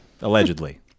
Allegedly